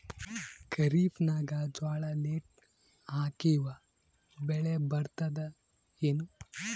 ಖರೀಫ್ ನಾಗ ಜೋಳ ಲೇಟ್ ಹಾಕಿವ ಬೆಳೆ ಬರತದ ಏನು?